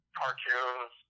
cartoons